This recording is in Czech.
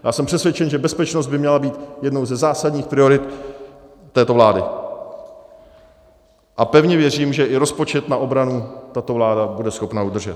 Já jsem přesvědčen, že bezpečnost by měla být jednou ze zásadních priorit této vlády, a pevně věřím, že i rozpočet na obranu tato vláda bude schopna udržet.